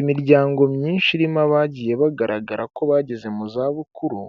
Imiryango myinshi irimo abagiye bagaragara ko bageze mu za bukuru